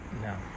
No